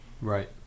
right